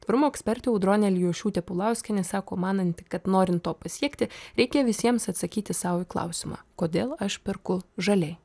tvarumo ekspertė audronė alijošiūtė pulauskienė sako mananti kad norint to pasiekti reikia visiems atsakyti sau į klausimą kodėl aš perku žaliai